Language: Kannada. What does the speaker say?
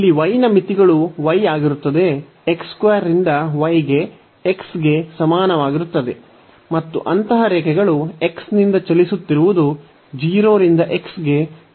ಇಲ್ಲಿ y ನ ಮಿತಿಗಳು y ಆಗಿರುತ್ತದೆ ರಿಂದ y ಗೆ x ಗೆ ಸಮಾನವಾಗಿರುತ್ತದೆ ಮತ್ತು ಅಂತಹ ರೇಖೆಗಳು x ನಿಂದ ಚಲಿಸುತ್ತಿರುವುದು 0 ರಿಂದ x ಗೆ 1 ಕ್ಕೆ ಸಮವಾಗಿರುತ್ತದೆ